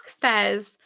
says